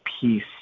peace